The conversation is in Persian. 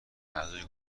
اعضای